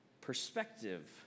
perspective